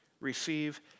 Receive